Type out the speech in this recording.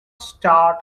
start